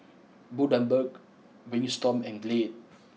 Bundaberg Wingstop and Glade